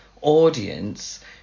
audience